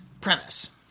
premise